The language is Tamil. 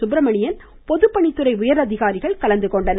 சுப்ரமணியன் பொதுப்பணித்துறை உயர்அதிகாரிகள் கலந்துகொண்டனர்